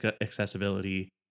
accessibility